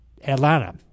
Atlanta